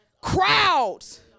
crowds